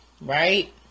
right